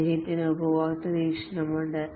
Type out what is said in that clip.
അദ്ദേഹത്തിന് ഉപഭോക്തൃ വീക്ഷണമുണ്ട്